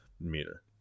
meter